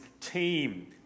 team